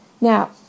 Now